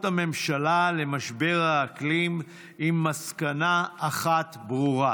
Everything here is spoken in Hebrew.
הממשלה למשבר האקלים עם מסקנה אחת ברורה: